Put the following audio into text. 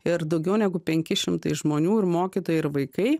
ir daugiau negu penki šimtai žmonių ir mokytojai ir vaikai